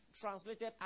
translated